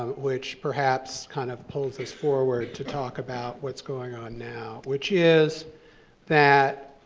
which, perhaps, kind of pulls this forward to talk about what's going on now, which is that,